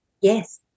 Yes